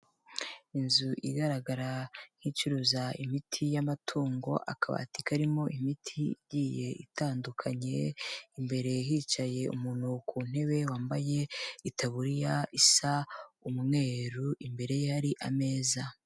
Inzu igaragara nk'icuruza imiti y'amatungo, akabati karimo imiti igiye itandukanye, imbere hicaye umuntu ku ntebe wambaye itaburiya isa umweru, imbere ye hari ameza.